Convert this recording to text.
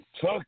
took